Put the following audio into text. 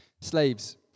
Slaves